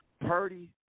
Purdy